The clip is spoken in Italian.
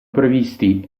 previsti